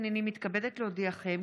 הינני מתכבדת להודיעכם,